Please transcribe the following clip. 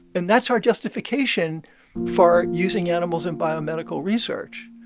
and that's our justification for using animals in biomedical research.